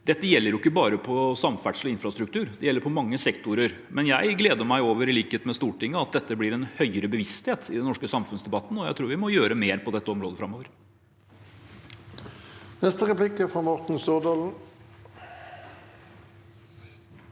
Dette gjelder ikke bare for samferdsel og infrastruktur, det gjelder på mange sektorer. Men jeg gleder meg over, i likhet med Stortinget, at det blir en høyere bevissthet i den norske samfunnsdebatten, og jeg tror vi må gjøre mer på dette området framover. Morten Stordalen